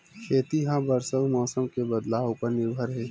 खेती हा बरसा अउ मौसम के बदलाव उपर निर्भर हे